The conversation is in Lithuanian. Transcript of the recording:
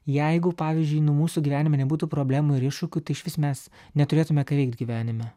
jeigu pavyzdžiui nu mūsų gyvenime nebūtų problemų ir iššūkių tai išvis mes neturėtume ką veikt gyvenime